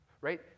right